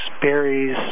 berries